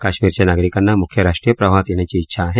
कश्मीरच्या नागरिकांना मुख्य राष्ट्रीय प्रवाहात येण्याची इच्छा आहे